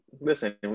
listen